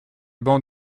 bancs